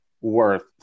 worth